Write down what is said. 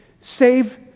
Save